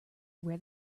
wear